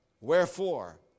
wherefore